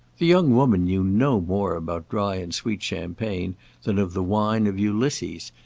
the young woman knew no more about dry and sweet champagne than of the wine of ulysses,